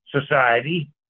Society